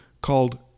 called